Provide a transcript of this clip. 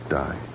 die